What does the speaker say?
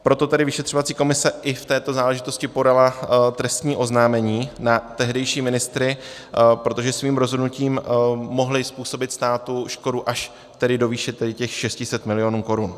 Proto tedy vyšetřovací komise i v této záležitosti podala trestní oznámení na tehdejší ministry, protože svým rozhodnutím mohli způsobit státu škodu až do výše těch 600 milionů Kč.